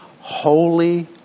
Holy